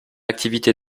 activité